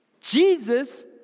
Jesus